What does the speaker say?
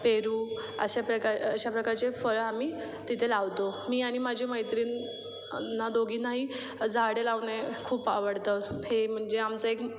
पेरू अशाप्रकार अशा प्रकारचे फळं आम्ही तिथे लावतो मी आणि माझी मैत्रीण ना दोघींनाही झाडे लावणे खूप आवडतं हे म्हणजे आमचं एक